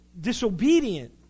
disobedient